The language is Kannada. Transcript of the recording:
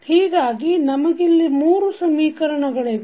ಹೀಗಾಗಿ ನಮಗಿಲ್ಲಿ ಮೂರು ಸಮೀಕರಣಗಳಿವೆ